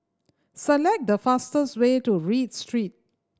select the fastest way to Read Street